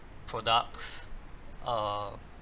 products err